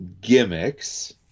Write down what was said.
gimmicks